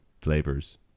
Flavors